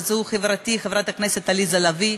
וזו חברת הכנסת עליזה לביא,